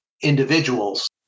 individuals